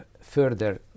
further